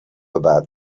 about